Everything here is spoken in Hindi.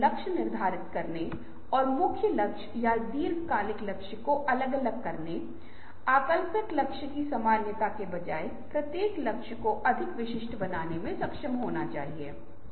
एक बार जब विचार उत्पन्न हो जाता है तो यह प्रश्न कैसे किया जाता है कि कागज के एक टुकड़े पर सभी अलग अलग तरीकों से लिखें हम इस समस्या को कैसे शब्दों के साथ शुरू करते हैं